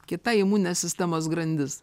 kita imuninės sistemos grandis